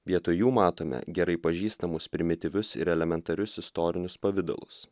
vietoj jų matome gerai pažįstamus primityvius ir elementarius istorinius pavidalus